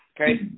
Okay